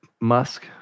Musk